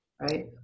right